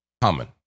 Common